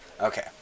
Okay